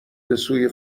بسوی